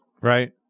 Right